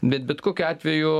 bet bet kokiu atveju